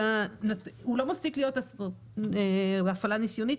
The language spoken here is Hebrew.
הוא לא מפסיק להיות הפעלה ניסיונית,